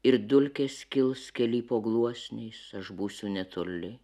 ir dulkės kils kely po gluosniais aš būsiu netoli